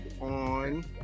on